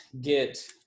get